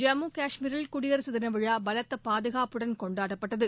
ஜம்மு கஷ்மீரில் குடியரசு தினவிழா பலத்த பாதுகாப்புடன் கொண்டாடப்பட்டது